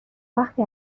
وقتی